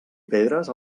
pedres